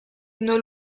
nos